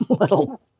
little